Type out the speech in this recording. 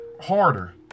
harder